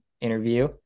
interview